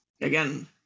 again